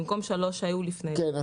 במקום שלוש שהיו לפני כן.